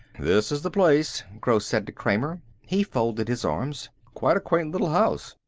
this is the place, gross said to kramer. he folded his arms. quite a quaint little house.